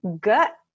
gut